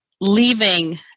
leaving